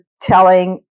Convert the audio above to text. telling